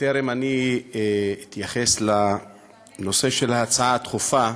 בטרם אתייחס לנושא של ההצעה הדחופה,